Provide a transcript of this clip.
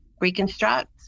reconstruct